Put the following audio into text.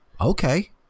Okay